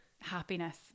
happiness